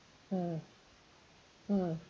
mm mm